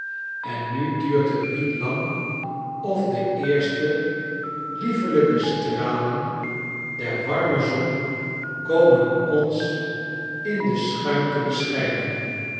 en nu duurt het niet lang of de eerste liefelijke stralen der warme zon komen ons in de schuinte beschijnen